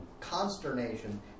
consternation